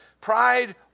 Pride